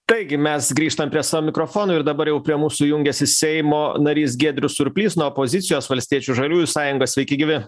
taigi mes grįžtam prie savo mikrofonų ir dabar jau prie mūsų jungiasi seimo narys giedrius surplys nuo opozicijos valstiečių žaliųjų sąjunga sveiki gyvi